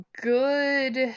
good